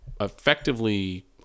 effectively